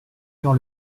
dure